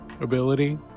ability